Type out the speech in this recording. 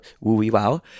woo-wee-wow